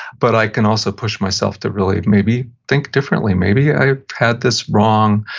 but i can also push myself to really maybe think differently. maybe i've had this wrong,